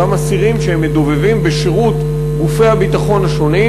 אותם אסירים שהם מדובבים בשירות גופי הביטחון השונים,